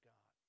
God